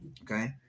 Okay